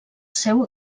seu